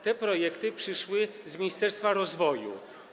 Te projekty przyszły z Ministerstwa Rozwoju.